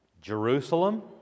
Jerusalem